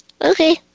Okay